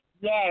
Yes